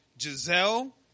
Giselle